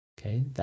Okay